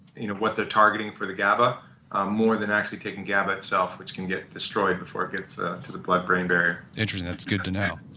you know what they're targeting for the gaba ah more than actually taking gaba itself which can get destroyed before it gets ah to the blood brain barrier interesting. that's good to know.